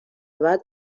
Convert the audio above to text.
بعد